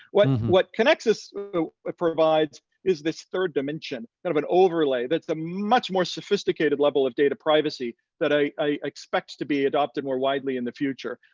what and what conexus but provides is this third dimension, kind of an overlay that's a much more sophisticated level of data privacy that i expect to be adopted more widely in the future.